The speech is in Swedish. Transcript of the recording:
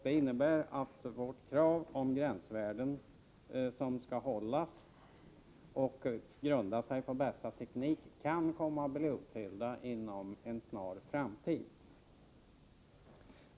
Det innebär att vårt krav om gränsvärden, som skall hållas och grundas på bästa teknik, kan komma att bli uppfyllt inom en snar framtid.